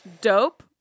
dope